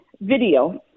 video